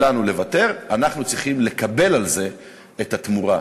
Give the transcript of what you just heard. שלנו לוותר, אנחנו צריכים לקבל על זה את התמורה.